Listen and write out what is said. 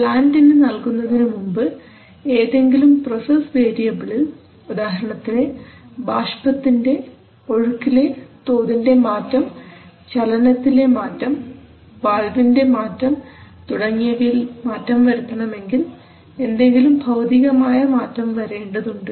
പ്ലാന്റിനു നൽകുന്നതിനുമുമ്പ് ഏതെങ്കിലും പ്രൊസസ്സ് വേരിയബിൾഇൽ ഉദാഹരണത്തിന് ബാഷ്പത്തിന്റെ ഒഴുക്കിലെ തോതിന്റെ മാറ്റം ചലനത്തിലെ മാറ്റം വാൽ വിൻറെ മാറ്റം തുടങ്ങിയവയിൽ മാറ്റം വരുത്തണമെങ്കിൽ എന്തെങ്കിലും ഭൌതികമായ മാറ്റം വരേണ്ടതുണ്ട്